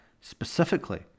specifically